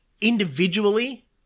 individually